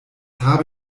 habe